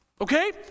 okay